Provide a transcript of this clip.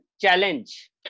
challenge